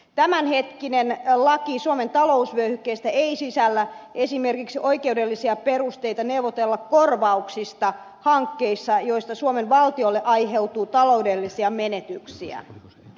tämänhetkinen laki suomen talousvyöhykkeestä ei sisällä esimerkiksi oikeudellisia perusteita neuvotella korvauksista hankkeissa joista suomen valtiolle aiheutuu taloudellisia menetyksiä